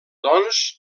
doncs